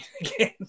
again